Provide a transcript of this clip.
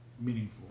meaningful